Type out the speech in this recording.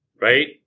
right